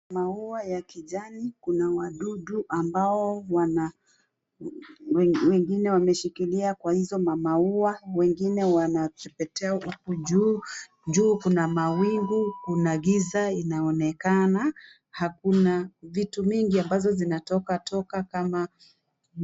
Maua ya kijani, kuna wadudu ambao wana wengine wameshikilia kwa hizo maua, wengine wamepewa hapo juu. Juu kuna mawingu, kuna giza inaonekana, na kuna vitu mingi ambazo zinatoka toka kama.